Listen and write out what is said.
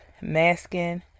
masking